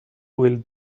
will